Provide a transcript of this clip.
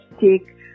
take